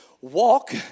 walk